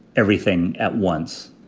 everything at once.